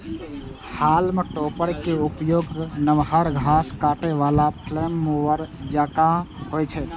हाल्म topper के उपयोग नमहर घास काटै बला फ्लेम मूवर जकां होइ छै